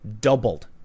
Doubled